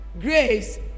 grace